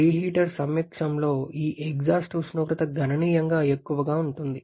reheater సమక్షంలో ఈ exhaust ఉష్ణోగ్రత గణనీయంగా ఎక్కువగా ఉంటుంది